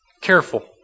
careful